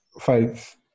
fights